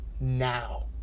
now